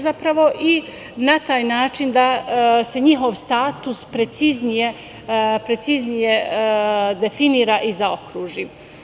Zapravo, na taj način da se njihov status preciznije definiše i zaokruži.